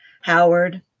Howard